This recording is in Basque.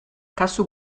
kasu